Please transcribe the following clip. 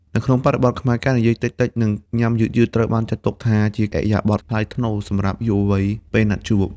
នៅក្នុងបរិបទខ្មែរ ការនិយាយតិចៗ និងញ៉ាំយឺតៗ ត្រូវបានចាត់ទុកថាជាឥរិយាបថថ្លៃថ្នូរសម្រាប់យុវវ័យពេលណាត់ជួប។